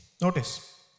Notice